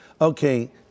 Okay